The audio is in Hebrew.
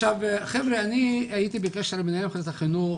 חבר'ה, אני הייתי בקשר עם מנהל מחלקת החינוך,